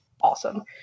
awesome